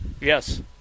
Yes